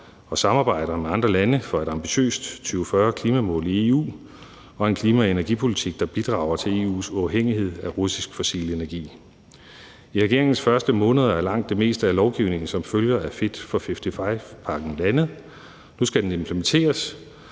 og samarbejder med andre lande for et ambitiøst 2040-klimamål i EU og en klima- og energipolitik, der bidrager til EU's uafhængighed af russisk fossil energi. I regeringens første måneder er langt det meste af lovgivningen som følge af Fit for 55-pakken landet. Nu skal den implementeres,